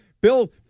Bill